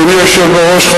אדוני היושב-ראש,